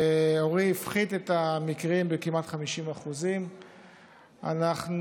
והפחית את המקרים בכמעט 50%. אנחנו